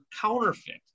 counterfeit